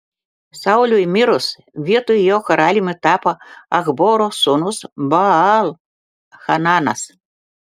sauliui mirus vietoj jo karaliumi tapo achboro sūnus baal hananas